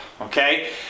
okay